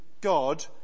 God